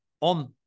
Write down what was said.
on